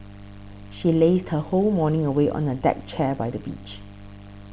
she lazed her whole morning away on a deck chair by the beach